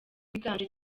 biganje